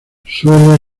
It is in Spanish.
suelen